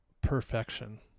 perfection